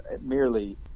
merely